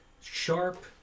sharp